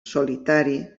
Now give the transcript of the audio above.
solitari